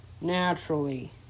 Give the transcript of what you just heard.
naturally